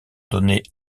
donner